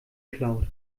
geklaut